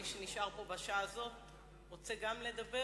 מי שנשאר פה בשעה הזאת רוצה גם לדבר,